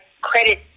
credit